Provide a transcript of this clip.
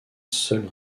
seul